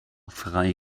frei